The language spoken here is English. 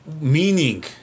meaning